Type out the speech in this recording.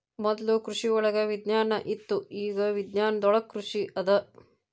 ಮೊದ್ಲು ಕೃಷಿವಳಗ ವಿಜ್ಞಾನ ಇತ್ತು ಇಗಾ ವಿಜ್ಞಾನದೊಳಗ ಕೃಷಿ ಅದ